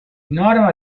norma